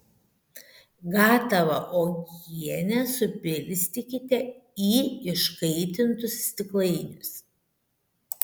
gatavą uogienę supilstykite į iškaitintus stiklainius